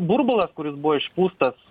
burbulas kuris buvo išpūstas